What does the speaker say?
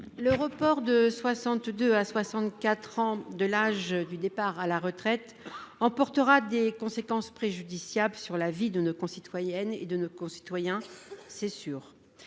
Le report de 62 à 64 ans de l'âge légal de départ à la retraite emportera des conséquences préjudiciables sur la vie de nos concitoyennes et de nos concitoyens, c'est